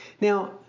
Now